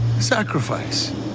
Sacrifice